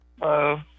Hello